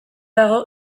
dago